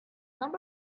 number